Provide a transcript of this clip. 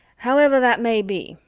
however that may be,